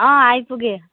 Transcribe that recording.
अँ आइपुगेँ